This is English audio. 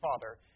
father